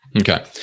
Okay